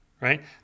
right